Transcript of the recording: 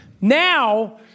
now